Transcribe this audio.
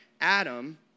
Adam